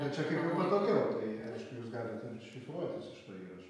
bet čia kaip ir patogiau tai aišku jūs galit ir šifruotis iš to įrašo